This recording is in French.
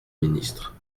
ministre